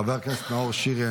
חבר הכנסת נאור שירי,